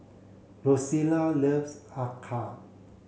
Rosella loves Acar